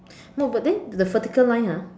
no but then the vertical line ah